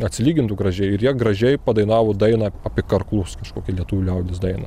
atsilygintų gražiai ir jie gražiai padainavo dainą apie karklus kažkokią lietuvių liaudies dainą